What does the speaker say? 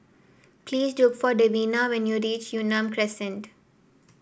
please look for Davina when you reach Yunnan Crescent